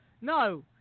No